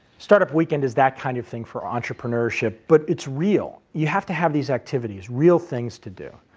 startup weekend is that kind of thing for entrepreneurship, but it's real. you have to have these activities, real things to do.